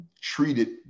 treated